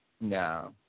No